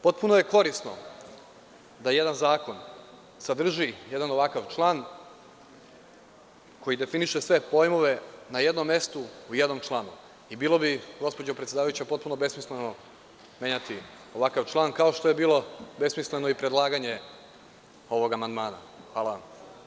Potpuno je korisno da jedan zakon sadrži jedan ovakav član koji definiše sve pojmove na jednom mestu u jednom članu i bilo bi, gospođo predsedavajuća besmisleno menjati ovakav član, kao što je bilo besmisleno i predlaganje ovog amandmana.